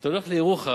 אתה הולך לירוחם,